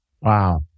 Wow